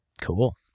Cool